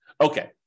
Okay